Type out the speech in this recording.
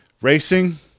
racing